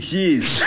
years